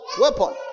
weapon